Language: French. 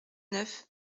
neuf